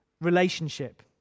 relationship